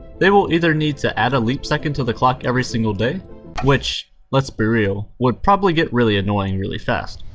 they will either need to add a leap second to the clock every single day which let's be real would probably get really annoying really fast,